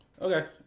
Okay